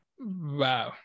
Wow